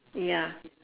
ya